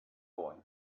boy